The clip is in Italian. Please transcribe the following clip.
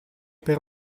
per